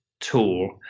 tool